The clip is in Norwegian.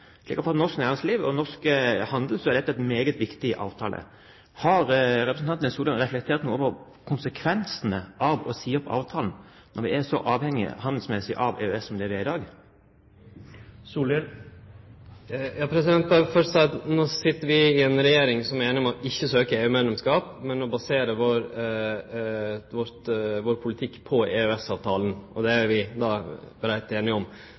for norsk næringsliv og norsk handel er dette en meget viktig avtale. Har representanten Solhjell tenkt noe over konsekvensene av å si opp avtalen når vi er så handelsmessig avhengige av EØS som vi er i dag? No sit vi i ei regjering som er einig om ikkje å søkje EU-medlemskap, men å basere vår politikk på EØS-avtalen. Det er vi breitt einige om.